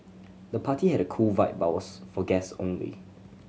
the party had a cool vibe but was for guest only